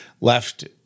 left